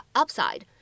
upside